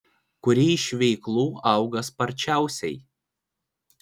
kuri iš veiklų auga sparčiausiai